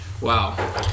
wow